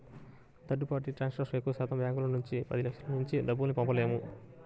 third party ట్రాన్సాక్షన్తో ఎక్కువశాతం బ్యాంకుల నుంచి పదిలక్షలకు మించి డబ్బుల్ని పంపలేము